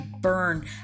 burn